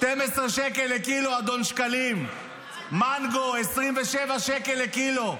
12 שקל לקילו, אדון שקלים, מנגו, 27 שקל לקילו.